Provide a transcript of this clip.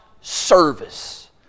service